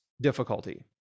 difficulty